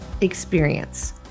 experience